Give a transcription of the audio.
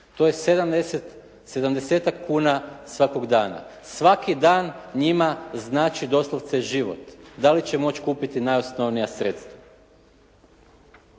To je 70-tak kuna svakog dana. Svaki dan njima znači doslovce život, da li će moći kupiti najosnovnija sredstva.